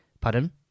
pardon